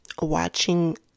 watching